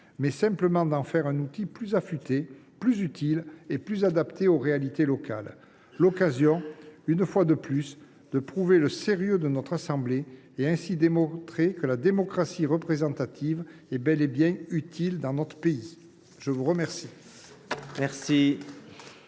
mais simplement d’en faire un outil plus affûté, plus utile et plus adapté aux réalités locales. C’est une nouvelle occasion de prouver le sérieux de notre assemblée et, ainsi, de démontrer que la démocratie représentative est bel et bien utile dans notre pays. La parole